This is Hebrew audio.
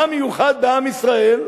מה מיוחד בעם ישראל?